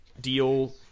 deal